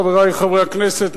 חברי חברי הכנסת,